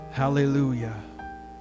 hallelujah